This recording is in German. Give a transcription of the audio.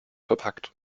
verpackt